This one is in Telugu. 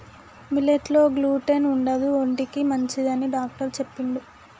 మిల్లెట్ లో గ్లూటెన్ ఉండదు ఒంటికి మంచిదని డాక్టర్ చెప్పిండు